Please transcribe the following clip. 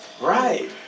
Right